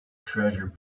treasure